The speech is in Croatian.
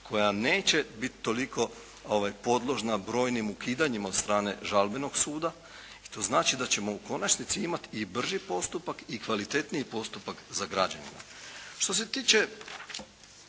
koja neće biti toliko podložna brojnim ukidanjima od strane žalbenog suda i to znači da ćemo u konačnici imati i brži postupak i kvalitetniji postupak za građanine.